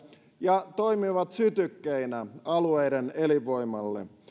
ja toimivat sytykkeinä alueiden elinvoimalle